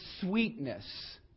sweetness